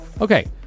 Okay